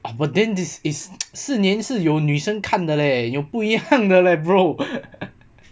but then this is 四年是有女生看的 leh 不一样的 leh bro